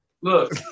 Look